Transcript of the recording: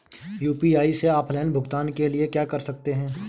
UPI से offline भुगतान के लिए क्या कर सकते हैं?